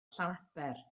llanaber